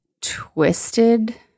twisted